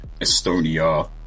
Estonia